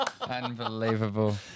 Unbelievable